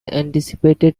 anticipated